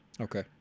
Okay